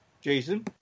Jason